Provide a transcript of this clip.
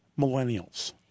millennials